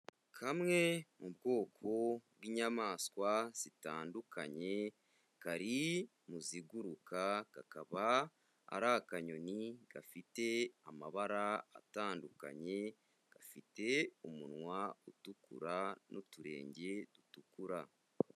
Kamwe mu bwoko bw'inyamaswa zitandukanye, kari mu ziguruka kakaba ari akanyoni gafite amabara atandukanye, gafite umunwa utukura n'uturenge dutukura.